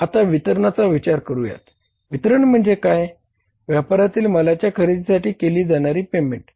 आता वितरणाचा विचार करूया वितरण म्हणजे व्यापारातील मालाच्या खरेदीसाठी केली जाणारी पेमेंट